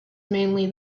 mainly